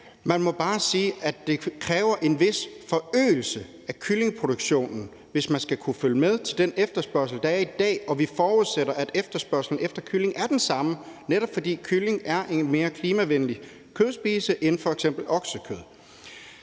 man må bare sige, at det kræver en vis forøgelse af kyllingeproduktionen, hvis man skal kunne følge med i forhold til den efterspørgsel, der er i dag, og vi forudsætter, at efterspørgslen efter kylling er den samme, netop fordi kylling er en mere klimavenlig kødspise end f.eks. oksekød.